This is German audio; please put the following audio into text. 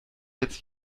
jetzt